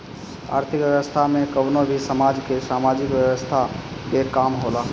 आर्थिक व्यवस्था में कवनो भी समाज के सामाजिक व्यवस्था के काम होला